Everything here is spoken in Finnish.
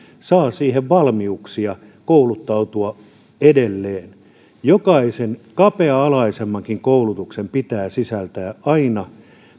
saa siihen valmiuksia kouluttautua edelleen jokaisen kapea alaisemmankin koulutuksen pitää sisältää aina